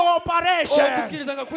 operation